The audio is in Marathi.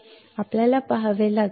आपल्याला पाहावे लागेल